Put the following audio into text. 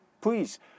Please